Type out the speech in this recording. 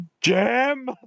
Jam